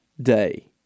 day